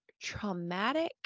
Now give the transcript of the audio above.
traumatic